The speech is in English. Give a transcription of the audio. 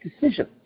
decision